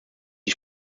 die